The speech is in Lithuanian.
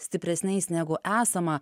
stipresniais negu esama